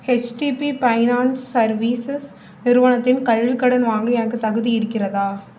HDB finance services நிறுவனத்தின் கல்விக் கடன் வாங்க எனக்குத் தகுதி இருக்கிறதா